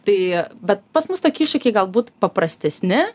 tai bet pas mus toki iššūkiai galbūt paprastesni